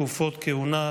תקופות כהונה,